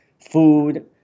food